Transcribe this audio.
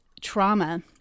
trauma